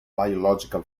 biological